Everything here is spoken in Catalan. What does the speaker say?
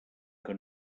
que